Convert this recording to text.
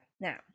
now